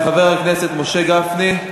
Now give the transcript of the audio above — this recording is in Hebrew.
חבר הכנסת משה גפני,